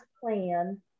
plan